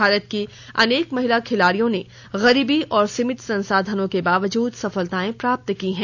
भारत की अनेक महिला खिलाड़ियों ने गरीबी और सीमित संसाधनों के बावजूद सफलताएं प्राप्त की हैं